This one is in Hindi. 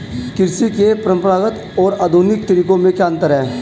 कृषि के परंपरागत और आधुनिक तरीकों में क्या अंतर है?